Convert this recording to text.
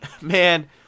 man